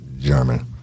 German